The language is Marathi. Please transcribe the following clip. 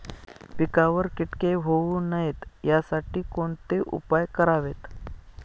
पिकावर किटके होऊ नयेत यासाठी कोणते उपाय करावेत?